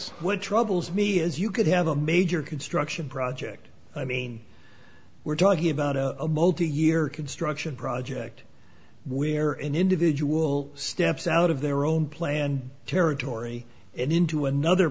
which troubles me is you could have a major construction project i mean we're talking about a multi year construction project we're in individual steps out of their own planned territory and into another